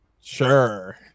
Sure